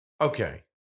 okay